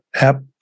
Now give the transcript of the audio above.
app